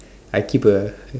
I keep a